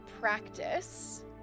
Practice